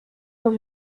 dans